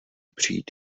přijít